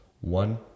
One